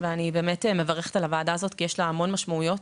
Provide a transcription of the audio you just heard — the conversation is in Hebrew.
ואני מברכת על הוועדה הזאת כי יש לה המון משמעויות.